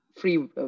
free